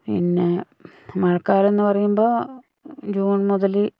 പിന്നെ മഴക്കാലംന്ന് പറയുമ്പോൾ ജൂൺ മുതല്